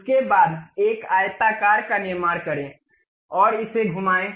उसके बाद एक आयताकार का निर्माण करें और इसे घुमाएं